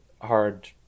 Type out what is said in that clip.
hard